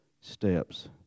steps